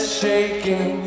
shaking